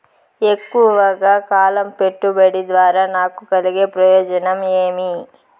ఎక్కువగా కాలం పెట్టుబడి ద్వారా నాకు కలిగే ప్రయోజనం ఏమి?